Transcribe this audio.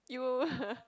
you